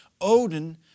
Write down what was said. Odin